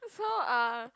so uh